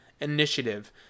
initiative